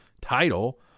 title